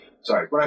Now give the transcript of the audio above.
Sorry